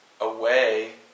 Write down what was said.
away